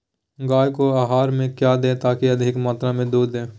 गाय को आहार में क्या दे ताकि अधिक मात्रा मे दूध दे?